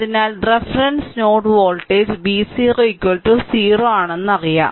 അതിനാൽ reference node voltage v 0 0 ഇത് അറിയാം